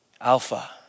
Alpha